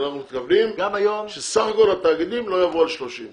אנחנו מתכוונים שסך הכול התאגידים לא יעבור על 30,